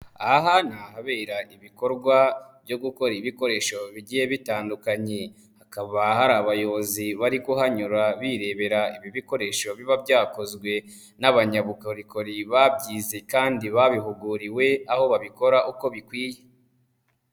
Aha ni ahabera ibikorwa byo gukora ibikoresho bigiye bitandukanye, hakaba hari abayobozi bari kuhanyura birebera ibi bikoresho biba byakozwe n'abanyabukorikori babyize kandi babihuguriwe, aho babikora uko bikwiye.